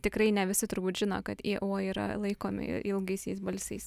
tikrai ne visi turbūt žino kad ie uo yra laikomi ilgaisiais balsiais